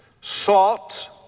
Salt